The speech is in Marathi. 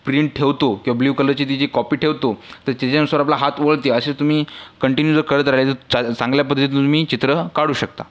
प्रिंट ठेवतो किंवा ब्लू कलरची ती जी कॉपी ठेवतो तर त्याच्यानुसार आपला हात वळते असे तुम्ही कंटिन्यू जर करत राहिला त च चांगल्या पद्धतीनं तुम्ही चित्र काढू शकता